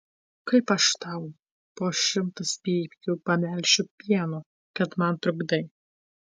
kaip aš tau po šimtas pypkių pamelšiu pieno kad man trukdai